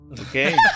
Okay